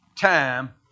time